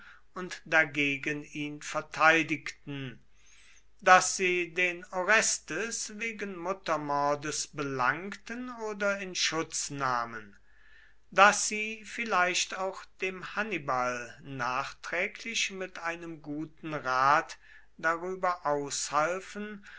und dagegen ihn verteidigten daß sie den orestes wegen muttermordes belangten oder in schutz nahmen daß sie vielleicht auch dem hannibal nachträglich mit einem guten rat darüber aushalfen